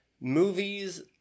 Movies